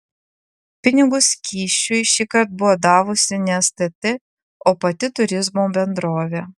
pinigus kyšiui šįkart buvo davusi ne stt o pati turizmo bendrovė